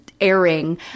airing